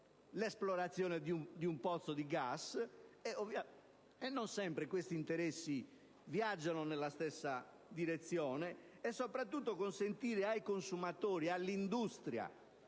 l'esplorazione di un pozzo di gas; non sempre questi interessi, infatti, viaggiano nella stessa direzione. Soprattutto si potrebbe consentire ai consumatori, all'industria